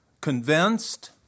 convinced